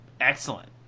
Excellent